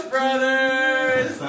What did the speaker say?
Brothers